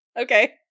Okay